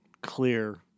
clear